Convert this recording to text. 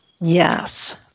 Yes